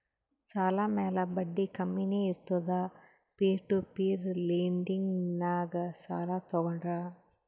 ಸಾಲ ಮ್ಯಾಲ ಬಡ್ಡಿ ಕಮ್ಮಿನೇ ಇರ್ತುದ್ ಪೀರ್ ಟು ಪೀರ್ ಲೆಂಡಿಂಗ್ನಾಗ್ ಸಾಲ ತಗೋಂಡ್ರ್